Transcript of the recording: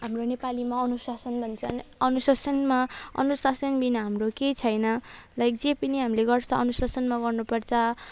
हाम्रो नेपालीमा अनुशासन भन्छन् अनुशासनमा अनुशासन बिना हाम्रो केही छैन लाइक जे पनि हामीले गर्छ अनुशासनमा गर्नु पर्छ